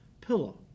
pillow